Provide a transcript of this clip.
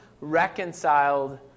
reconciled